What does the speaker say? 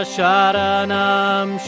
Sharanam